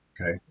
okay